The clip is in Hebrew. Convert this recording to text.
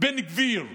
בן גביר.